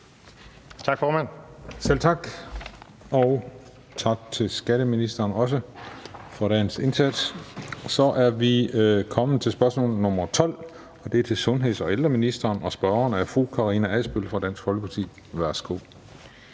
fg. formand (Christian Juhl): Tak til skatteministeren for dagens indsats. Så er vi kommet til spørgsmål nr. 12. Det er til sundheds- og ældreministeren, og spørgeren er fru Karina Adsbøl fra Dansk Folkeparti. Kl.